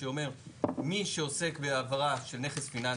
שאומר שמי שעוסק בהעברה של נכס פיננסי,